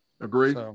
Agree